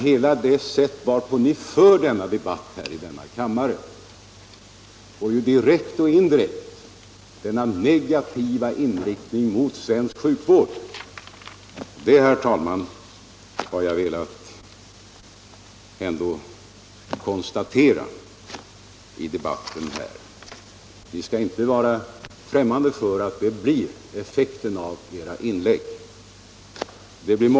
Hela det sätt varpå ni för den här debatten i kammaren ger ju direkt eller indirekt en negativ bild av den svenska sjukvården. Det, herr talman, har jag velat konstatera. Ni skall inte vara främmande för att det blir effekten av era inlägg.